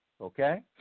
okay